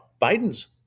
Biden's